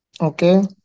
okay